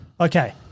Okay